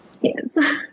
yes